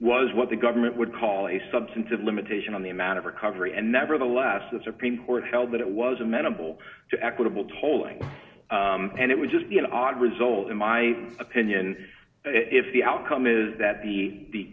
was what the government would call a substantive limitation on the amount of recovery and nevertheless the supreme court held that it was amenable to equitable tolling and it would just be an odd result in my opinion if the outcome is that the